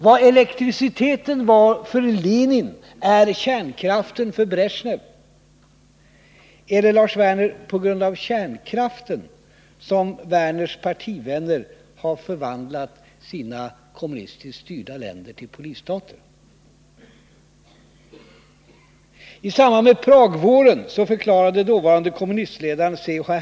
Vad elektriciteten var för Lenin är kärnkraften för Bresjnev. Är det på grund av kärnkraften som Lars Werners partivänner har förvandlat sina kommunistiskt styrda länder till polisstater? I samband med Pragvåren förklarade dåvarande kommunistledaren C.-H.